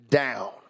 down